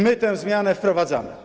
My tę zmianę wprowadzamy.